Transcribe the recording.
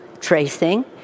tracing